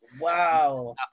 Wow